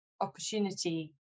opportunity